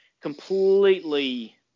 completely